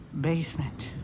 basement